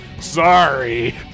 Sorry